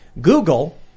Google